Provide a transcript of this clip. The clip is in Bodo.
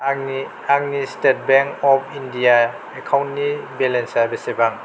आंनि स्टेट बेंक अफ इण्डिया एकाउन्टनि बेलेन्सा बेसेबां